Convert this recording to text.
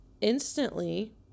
instantly